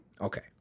Okay